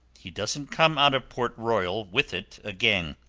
he doesn't come out of port royal with it again,